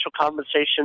compensation